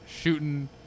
shooting